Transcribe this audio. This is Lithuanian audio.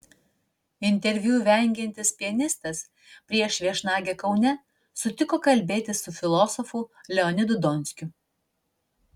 interviu vengiantis pianistas prieš viešnagę kaune sutiko kalbėtis su filosofu leonidu donskiu